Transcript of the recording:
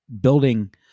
building